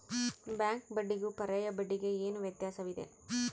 Bank ಬಡ್ಡಿಗೂ ಪರ್ಯಾಯ ಬಡ್ಡಿಗೆ ಏನು ವ್ಯತ್ಯಾಸವಿದೆ?